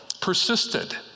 persisted